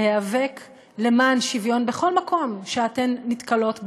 להיאבק למען שוויון בכל מקום שאתן נתקלות בו,